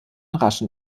raschen